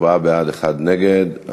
ארבעה בעד, אחד נגד.